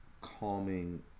calming